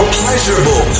pleasurable